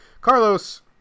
Carlos